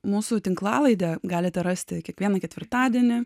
mūsų tinklalaidę galite rasti kiekvieną ketvirtadienį